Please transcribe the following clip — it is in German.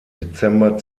dezember